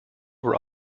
were